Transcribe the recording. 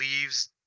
Leaves